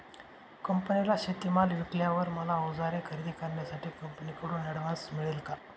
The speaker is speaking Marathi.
कंपनीला शेतीमाल विकल्यावर मला औजारे खरेदी करण्यासाठी कंपनीकडून ऍडव्हान्स मिळेल का?